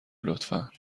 لطفا